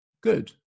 Good